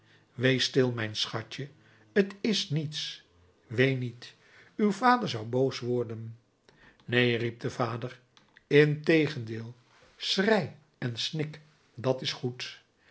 wees stil mijn schatje t is niets ween niet uw vader zou boos worden neen riep de vader integendeel schrei en snik dat is goed